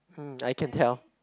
!hmm! I can tell